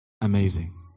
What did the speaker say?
Amazing